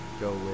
go